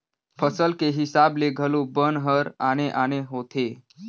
फसल के हिसाब ले घलो बन हर आने आने होथे